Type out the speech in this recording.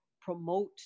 promote